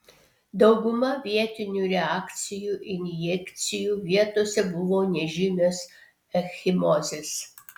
dauguma vietinių reakcijų injekcijų vietose buvo nežymios ekchimozės